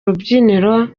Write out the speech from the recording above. rubyiniro